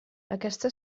aquesta